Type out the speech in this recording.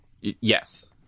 Yes